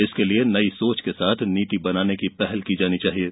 इसके लिये नई सोच के साथ नीति बनाने की पहल की जानी चाहिये